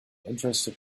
interested